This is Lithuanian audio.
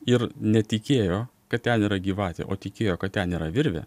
ir netikėjo kad ten yra gyvatė o tikėjo kad ten yra virvė